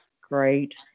Great